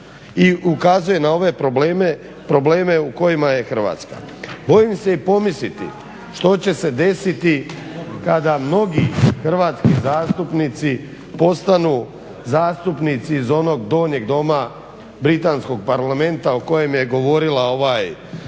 i ukazuje na ove problem u kojima je Hrvatska. Bojim se i pomisliti što će se desiti kada mnogi hrvatski zastupnici postanu zastupnici iz onog Donjeg doma Britanskog parlamenta o kojem je govorila